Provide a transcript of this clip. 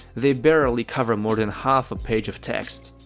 they barely cover more than half a page of text.